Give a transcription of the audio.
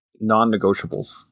Non-negotiables